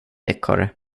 ekorre